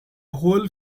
whole